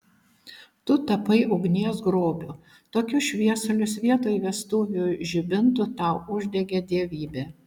tu tapai ugnies grobiu tokius šviesulius vietoj vestuvių žibintų tau uždegė dievybė